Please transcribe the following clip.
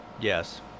Yes